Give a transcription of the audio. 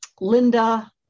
Linda